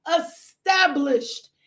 established